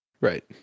Right